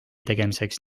tegemiseks